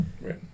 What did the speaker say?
Right